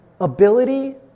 ability